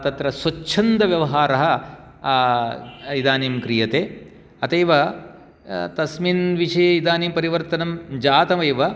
तत्र स्वच्छन्दव्यवहारः इदानीं क्रियते अत एव तस्मिन् विषये इदानीं परिवर्तनं जातम् एव